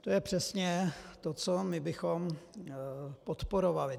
To je přesně to, co my bychom podporovali.